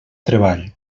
treball